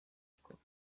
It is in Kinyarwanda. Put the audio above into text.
gikorwa